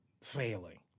failing